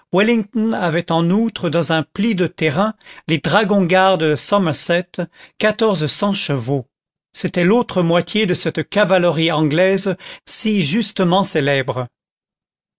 avait en outre dans un pli de terrain les dragons gardes de somerset quatorze cents chevaux c'était l'autre moitié de cette cavalerie anglaise si justement célèbre